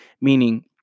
meaning